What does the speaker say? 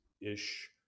ish